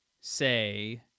say